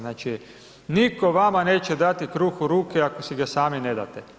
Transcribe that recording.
Znači, nitko vama neće dati kruh u ruke ako si ga sami ne date.